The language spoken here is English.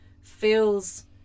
feels